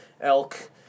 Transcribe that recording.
Elk